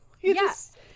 Yes